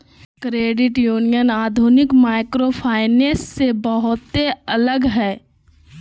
credit union आधुनिक microfinance से बहुते अलग हय